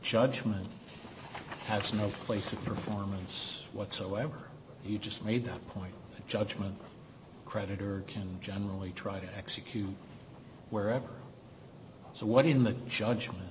judgment has no place of performance whatsoever you just made a point judgment creditor can generally try to execute wherever so what in the judgment